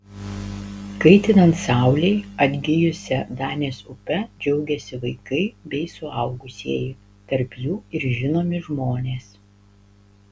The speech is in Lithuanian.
kaitinant saulei atgijusia danės upe džiaugiasi vaikai bei suaugusieji tarp jų ir žinomi žmonės